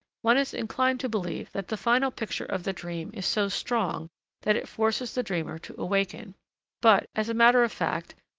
one is inclined to believe that the final picture of the dream is so strong that it forces the dreamer to awaken but, as a matter of fact,